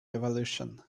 revolution